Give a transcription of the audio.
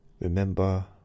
remember